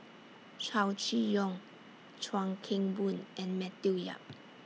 Chow Chee Yong Chuan Keng Boon and Matthew Yap